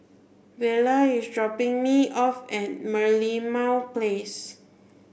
Vela is dropping me off at Merlimau Place